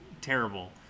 terrible